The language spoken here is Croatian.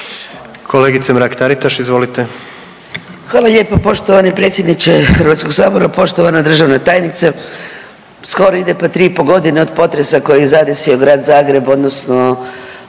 Kolegice Mrak-Taritaš, izvolite.